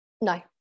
No